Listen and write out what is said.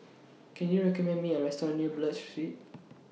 Can YOU recommend Me A Restaurant near Buroh Street